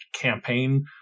campaign